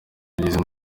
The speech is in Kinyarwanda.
bageze